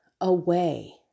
away